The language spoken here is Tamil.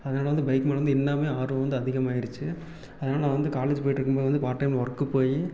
அதனால் வந்து பைக் மேலே இன்னுமுமே ஆர்வம் வந்து அதிகமாகிடுச்சி அதனால் நான் வந்து காலேஜ் போயிட்ருக்கும்போது வந்து பார்ட் டைம்மு ஒர்க்கு போய்